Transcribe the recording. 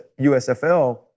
USFL